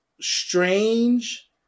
strange